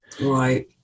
right